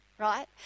right